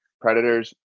Predators